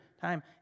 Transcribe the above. time